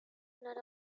not